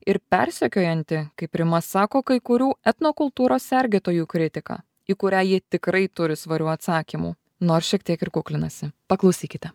ir persekiojanti kaip rima sako kai kurių etnokultūros sergėtojų kritiką į kurią ji tikrai turi svarių atsakymų nors šiek tiek ir kuklinasi paklausykite